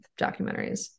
documentaries